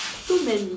too many